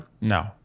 No